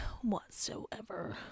whatsoever